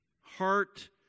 Heart